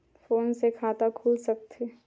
Phone से खाता खुल सकथे?